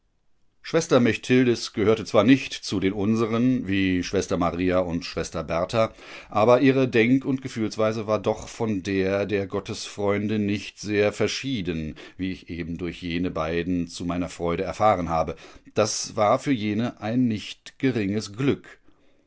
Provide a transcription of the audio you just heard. schwester mechtildis gehörte zwar nicht zu den unseren wie schwester maria und schwester bertha aber ihre denk und gefühlsweise war doch von der der gottesfreunde nicht sehr verschieden wie ich eben durch jene beiden zu meiner freude erfahren habe das war für jene ein nicht geringes glück